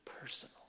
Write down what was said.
personal